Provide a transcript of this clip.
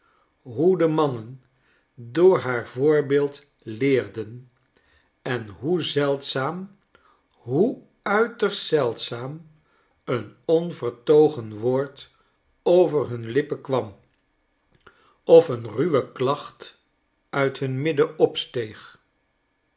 hoe de mannen door haar voorbeeld leerden en hoe zeldzaam hoe uiterst zeldzaam een onvertogen woord over hun lippen kwam of een ruwe klacht uit hun midden